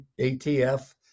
ATF